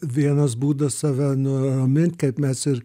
vienas būdas save nuramint kaip mes ir